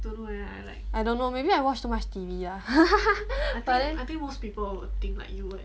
I don't know maybe I watch too much T_V ah but then